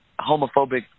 homophobic